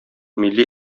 милли